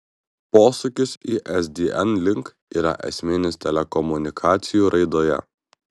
posūkis isdn link yra esminis telekomunikacijų raidoje